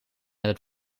het